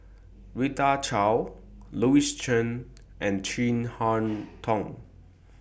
Rita Chao Louis Chen and Chin Harn Tong